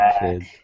kids